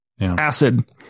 acid